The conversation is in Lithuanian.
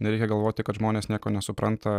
nereikia galvoti kad žmonės nieko nesupranta